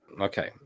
Okay